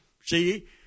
see